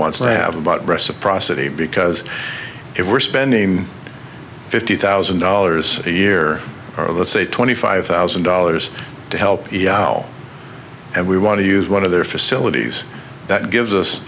wants to have about reciprocity because if we're spending fifty thousand dollars a year or of a say twenty five thousand dollars to help and we want to use one of their facilities that gives us